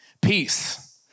Peace